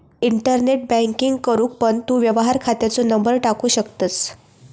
internet banking करूक पण तू व्यवहार खात्याचो नंबर टाकू शकतंस